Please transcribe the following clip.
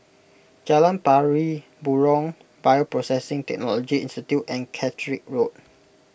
Jalan Pari Burong Bioprocessing Technology Institute and Catterick Road